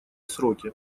сроки